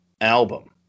album